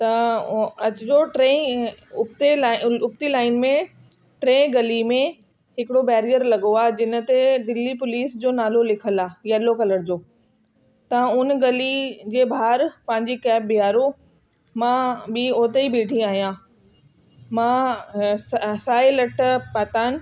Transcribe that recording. त उअ अचिजो टेइ उबते लाइन उबती लाइन में टे गली में हिकिड़ो बैरियर लॻो आहे जिन ते दिल्ली पुलिस जो नालो लिखियल आहे येलो कलर जो तव्हां उन गली जे ॿाहिरि पंहिंजी कैब बीहारियो मां बि उते ई बिठी आयां मां साही लटा पाता आहिनि